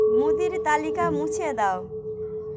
মুদির তালিকা মুছেিয়ে দাও